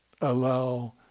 allow